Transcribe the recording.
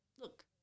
look –